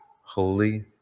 holy